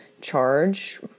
charge